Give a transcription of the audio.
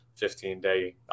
15-day